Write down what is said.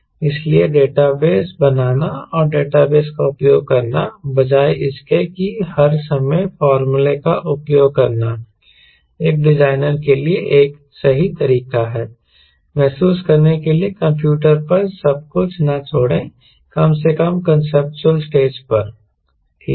इसलिए डेटाबेस बनाना और डेटाबेस का उपयोग करना बजाय इसके कि हर समय फार्मूले का उपयोग करना एक डिजाइनर के लिए एक सही तरीका है महसूस करने के लिए कंप्यूटर पर सब कुछ न छोड़ें कम से कम कांसेप्चुअल स्टेज पर ठीक है